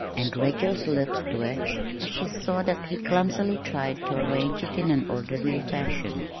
and rachel's lips twitched as she saw that he clumsily tried to arrange it in an orderly fashion.